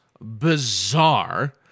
bizarre